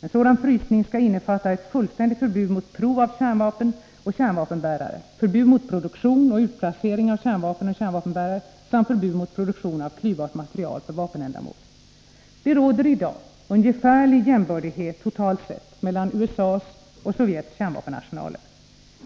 En sådan frysning skall innefatta ett fullständigt förbud mot prov av kärnvapen och kärnvapenbärare, förbud mot produktion och utplacering av kärnvapen och kärnvapenbärare samt förbud mot produktion av klyvbart material för vapenändamål. Det råder i dag ungefärlig jämbördighet, totalt sett, mellan USA:s och Sovjets kärnvapenarsenaler.